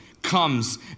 comes